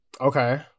Okay